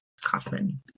Kaufman